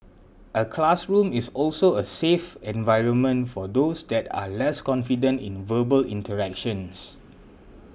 a classroom is also a safe environment for those that are less confident in verbal interactions